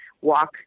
walk